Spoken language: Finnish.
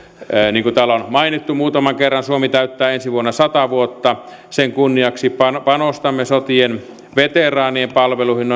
niin kuin täällä on mainittu muutaman kerran suomi täyttää ensi vuonna sata vuotta sen kunniaksi panostamme sotien veteraanien palveluihin